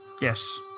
yes